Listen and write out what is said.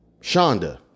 Shonda